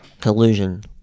collusion